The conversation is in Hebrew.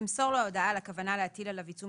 ימסור לו הודעה על הכוונה להטיל עליו עיצום